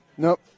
Nope